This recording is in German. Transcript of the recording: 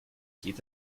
geht